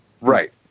Right